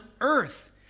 earth